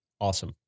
Awesome